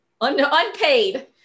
unpaid